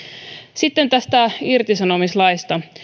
sitten tästä irtisanomislaista